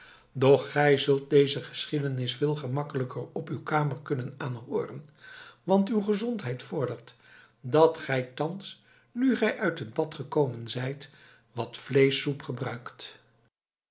doch gij zult deze geschiedenis veel gemakkelijker op uw kamer kunnen aanhooren want uw gezondheid vordert dat gij thans nu gij uit het bad gekomen zijt wat vleeschsoep gebruikt